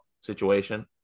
situation